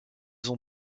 ont